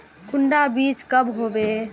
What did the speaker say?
कुंडा बीज कब होबे?